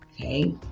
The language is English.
okay